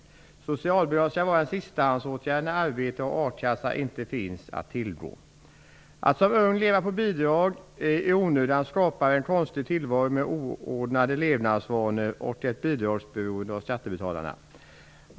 Socialbidrag skall vara en sistahandsåtgärd när arbete och a-kassa inte finns att tillgå. Om man som ung lever på bidrag i onödan skapar en konstig tillvaro med oordnade levnadsvanor och ett bidragsberoende gentemot skattebetalarna.